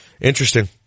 Interesting